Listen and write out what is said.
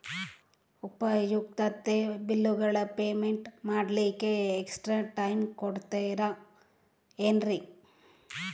ಉಪಯುಕ್ತತೆ ಬಿಲ್ಲುಗಳ ಪೇಮೆಂಟ್ ಮಾಡ್ಲಿಕ್ಕೆ ಎಕ್ಸ್ಟ್ರಾ ಟೈಮ್ ಕೊಡ್ತೇರಾ ಏನ್ರಿ?